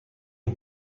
est